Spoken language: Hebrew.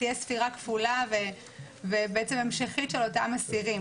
תהיה ספירה כפולה ובעצם המשכית של אותם אסירים,